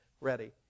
ready